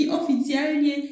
oficjalnie